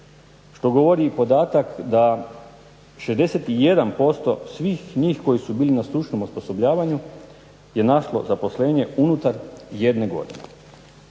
što govori i podatak da 61% svih njih koji su bili na stručnom osposobljavanju je našlo zaposlenje unutar jedne godine.